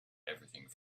everything